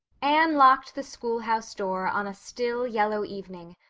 anne locked the schoolhouse door on a still, yellow evening,